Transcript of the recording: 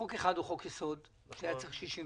חוק אחד הוא חוק יסוד שהיה צורך ב-61,